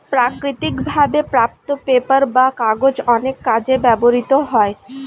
প্রাকৃতিক ভাবে প্রাপ্ত পেপার বা কাগজ অনেক কাজে ব্যবহৃত হয়